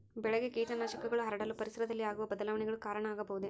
ಬೆಳೆಗೆ ಕೇಟನಾಶಕಗಳು ಹರಡಲು ಪರಿಸರದಲ್ಲಿ ಆಗುವ ಬದಲಾವಣೆಗಳು ಕಾರಣ ಆಗಬಹುದೇ?